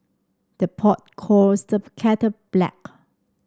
the pot calls the kettle black